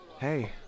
Hey